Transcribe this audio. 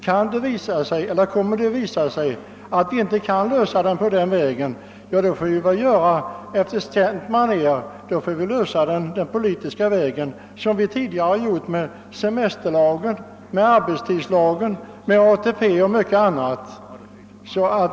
Om det då visar sig att frågan inte kan lösas den vägen får vi gå den politiska vägen, som vi gjort tidigare med semesterlagen, arbetstidslagen, ATP och mycket annat.